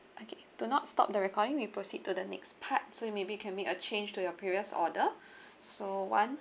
okay do not stop the recording we proceed to the next part so you maybe can make a change to your previous order so one